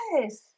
Yes